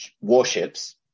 warships